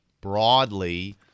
Broadly